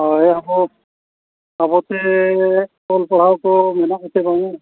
ᱦᱳᱭ ᱟᱵᱚ ᱟᱵᱚ ᱛᱮ ᱚᱞ ᱯᱟᱲᱦᱟᱣ ᱠᱚ ᱢᱮᱱᱟᱜᱼᱟ ᱥᱮ ᱵᱟᱝᱟ